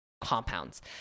compounds